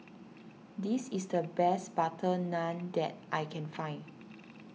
this is the best Butter Naan that I can find